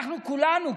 אנחנו כולנו,